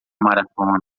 maratona